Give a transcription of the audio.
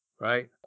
right